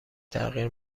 تغییر